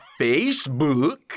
Facebook